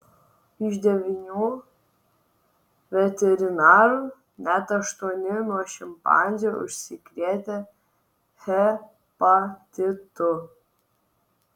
iš devynių veterinarų net aštuoni nuo šimpanzių užsikrėtė hepatitu